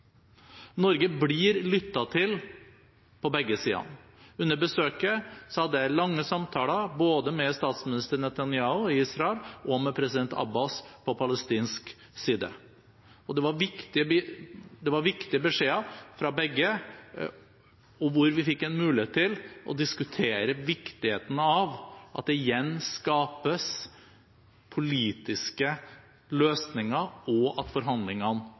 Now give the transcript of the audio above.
Norge blir lyttet til på begge sider. Under besøket hadde jeg lange samtaler både med statsminister Netanyahu i Israel og med president Abbas på palestinsk side. Det var viktige beskjeder fra begge, og vi fikk mulighet til å diskutere viktigheten av at det igjen skapes politiske løsninger, og at forhandlingene